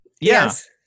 Yes